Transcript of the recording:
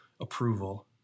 approval